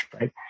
right